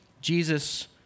Jesus